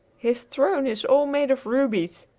his throne is all made of rubies,